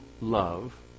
love